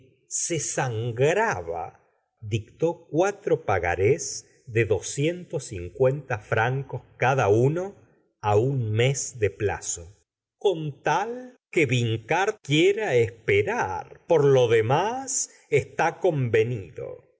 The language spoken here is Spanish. se sangraba dictó cuatro pagar és de francos cada uno á un mes de plazo con tal que vincart quiera esperar por lo demás está convenido